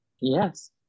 Yes